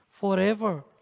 forever